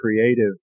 creative